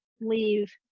leave